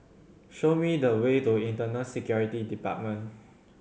show me the way to Internal Security Department